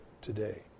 today